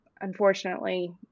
unfortunately